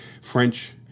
French